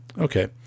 Okay